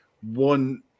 one